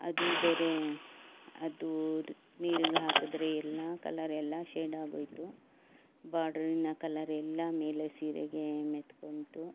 ಅದು ಬೇರೆ ಅದು ನೀರಿಗೆ ಹಾಕಿದ್ರೆ ಎಲ್ಲ ಕಲ್ಲರ್ ಎಲ್ಲ ಶೇಡ್ ಆಗೋಯ್ತು ಬಾರ್ಡರಿನ ಕಲ್ಲರೆಲ್ಲ ಮೇಲೆ ಸೀರೆಗೆ ಮೆತ್ಕೊತು